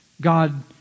God